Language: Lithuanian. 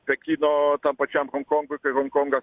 pekino tam pačiam honkongui kai honkongas